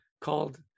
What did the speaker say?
called